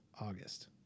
August